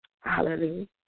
Hallelujah